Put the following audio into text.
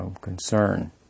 concern